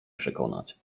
przekonać